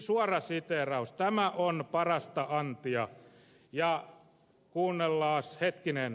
suora siteeraus tämä on parasta antia kuunnellaas hetkinen